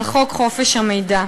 על חוק חופש המידע.